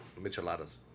micheladas